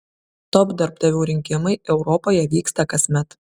top darbdavių rinkimai europoje vyksta kasmet